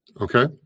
Okay